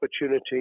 opportunity